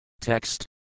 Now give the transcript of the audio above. Text